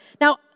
Now